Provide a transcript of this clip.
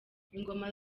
ingoma